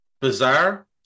Bizarre